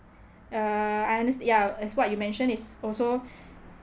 uh I unders~ ya as what you mention is also